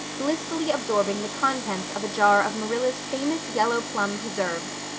blissfully absorbing the contents of a jar of marilla's famous yellow plum preserves.